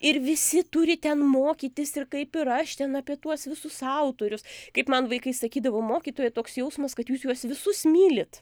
ir visi turi ten mokytis ir kaip ir aš ten apie tuos visus autorius kaip man vaikai sakydavo mokytoja toks jausmas kad jūs juos visus mylit